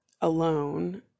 alone